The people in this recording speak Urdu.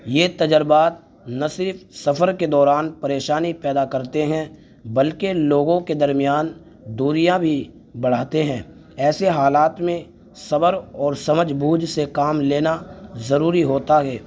یہ تجربات نہ صرف سفر کے دوران پریشانی پیدا کرتے ہیں بلکہ لوگوں کے درمیان دوریاں بھی بڑھاتے ہیں ایسے حالات میں صبر اور سمجھ بوجھ سے کام لینا ضروری ہوتا ہے